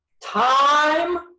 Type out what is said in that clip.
time